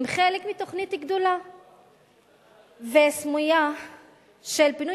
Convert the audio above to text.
הם חלק מתוכנית גדולה וסמויה של פינוי.